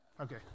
Okay